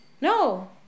No